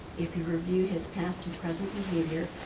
if you review his past and present behavior,